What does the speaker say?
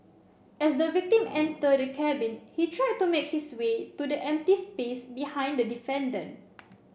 as the victim entered the cabin he tried to make his way to the empty space behind the defendant